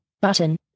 button